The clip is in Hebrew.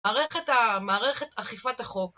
מערכת אכיפת החוק